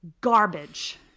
garbage